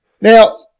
Now